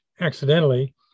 accidentally